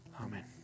Amen